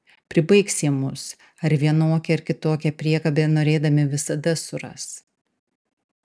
pribaigs jie mus ar vienokią ar kitokią priekabę norėdami visada suras